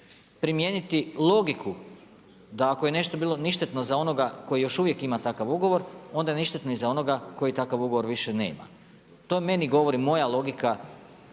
primijeniti logiku da ako je nešto bilo ništetno za onoga koji još uvijek ima takav ugovor, onda je ništetno i za onoga koji takav ugovor više nema. To meni govori moja logika,